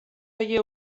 veié